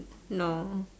no